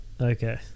Okay